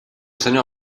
senyor